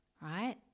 right